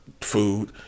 food